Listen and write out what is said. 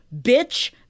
bitch